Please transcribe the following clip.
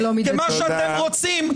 כי מה שאתם רוצים,